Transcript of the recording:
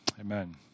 Amen